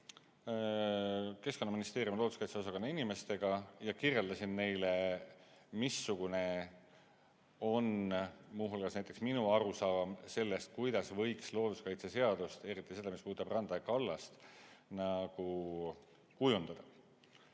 Keskkonnaministeeriumi looduskaitse osakonna inimestega ja kirjeldasin neile, missugune on muu hulgas näiteks minu arusaam sellest, kuidas võiks looduskaitseseadust, eriti seda osa, mis puudutab randa ja kallast, kujundada.